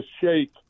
shake